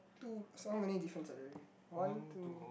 two so how many difference are there one two